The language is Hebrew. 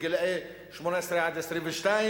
גילאי 18 22,